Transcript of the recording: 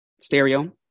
stereo